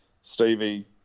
Stevie